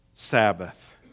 Sabbath